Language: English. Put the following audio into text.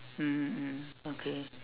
mmhmm mmhmm okay